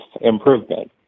improvement